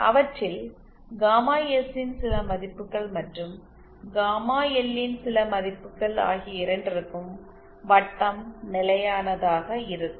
அவற்றில் gamma S ன் சில மதிப்புகள் மற்றும் காமா எல் ன் சில மதிப்புகள் ஆகிய இரண்டிற்கும் வட்டம் நிலையானதாக இருக்கும்